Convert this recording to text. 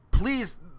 Please